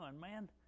man